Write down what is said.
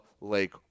Lake